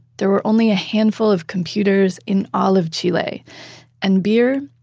there were only a handful of computers in all of chile and beer,